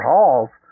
Halls